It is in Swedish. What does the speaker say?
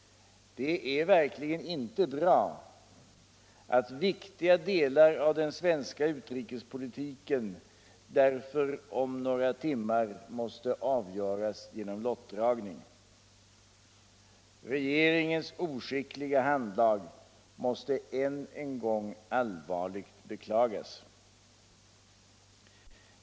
Det är verkligen inte bra att viktiga delar av den svenska utrikespolitiken därför om några timmar måste avgöras genom lottdragning. Regeringens oskickliga handlag måste än en gång allvarligt beklagas.